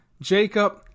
Jacob